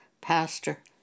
Pastor